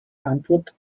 antwort